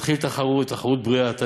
ותתחיל תחרות, תחרות בריאה.